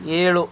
ಏಳು